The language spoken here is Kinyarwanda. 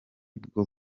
bwo